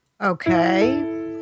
Okay